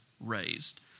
raised